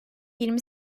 yirmi